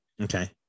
Okay